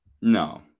No